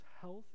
health